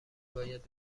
باید